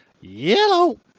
yellow